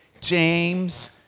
James